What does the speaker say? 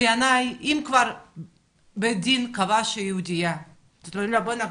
בוא נבהיר כאן,